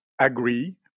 agree